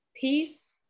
Peace